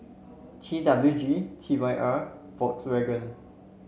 T W G T Y R Volkswagen